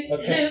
Okay